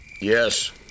Yes